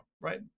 right